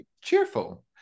cheerful